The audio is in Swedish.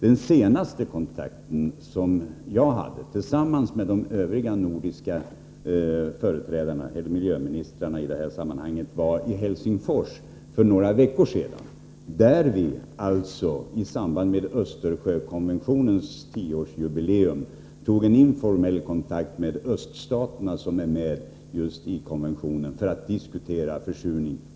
Den senaste kontakt som jag hade, tillsammans med de övriga nordiska miljöministrarna, var i Helsingfors för några veckor sedan, där vi i samband med Östersjökonventionens tioårsjubileum tog en informell kontakt med öststaterna som är med i konventionen för att diskutera försurningen.